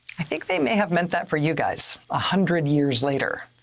i think they may have meant that for you guys, a hundred years later.